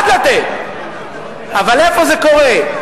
אני בעד לתת, אבל איפה זה קורה?